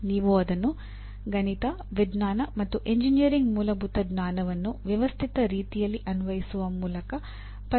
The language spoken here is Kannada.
ನೀವು ಅದನ್ನು ಗಣಿತ ವಿಜ್ಞಾನ ಮತ್ತು ಎಂಜಿನಿಯರಿಂಗ್ ಮೂಲಭೂತ ಜ್ಞಾನವನ್ನು ವ್ಯವಸ್ಥಿತ ರೀತಿಯಲ್ಲಿ ಅನ್ವಯಿಸುವ ಮೂಲಕ ಪರಿಹರಿಸಲು ಬಯಸುವಿರಿ